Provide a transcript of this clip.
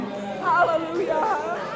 Hallelujah